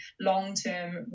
long-term